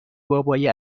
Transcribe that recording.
بابای